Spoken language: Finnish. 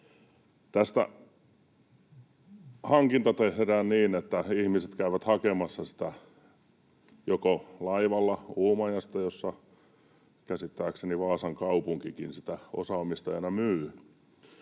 Hankinta tehdään niin, että ihmiset käyvät hakemassa sitä joko laivalla Uumajasta, missä käsittääkseni Vaasan kaupunkikin sitä osaomistajana myy